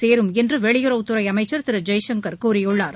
சேரும் என்றுவெளியுறவுத்துறைஅமைச்சர் திருஜெய்சங்கர் கூறியுள்ளார்